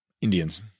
Indians